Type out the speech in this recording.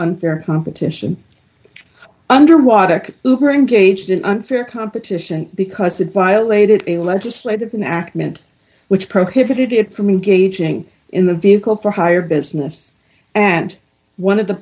unfair competition under water who are engaged in unfair competition because it violated a legislative act meant which prohibited it from gauging in the vehicle for higher business and one of the